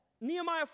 Nehemiah